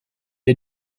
had